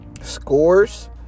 scores